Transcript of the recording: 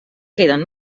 queden